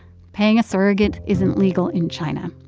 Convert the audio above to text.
paying a surrogate isn't legal in china,